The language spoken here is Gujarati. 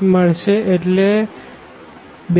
મળશે એટલે 2